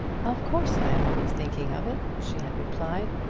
of course i am always thinking of it, she had replied,